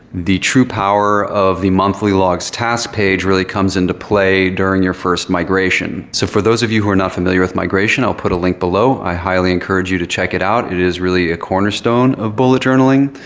the true power of the monthly log's task page really comes into play during your first migration. so for those of you who are not familiar with migration, i'll put a link below. i highly encourage you to check it out. it is really a cornerstone of bullet journaling.